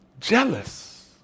jealous